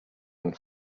and